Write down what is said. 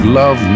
love